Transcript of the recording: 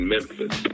Memphis